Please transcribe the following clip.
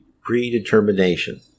predetermination